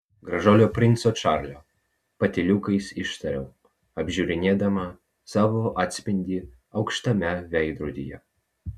gražuolio princo čarlio patyliukais ištariau apžiūrinėdama savo atspindį aukštame veidrodyje